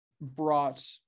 brought